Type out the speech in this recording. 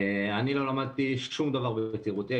לא למדתי שום דבר בצעירותי.